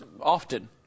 often